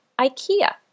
IKEA